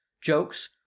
jokes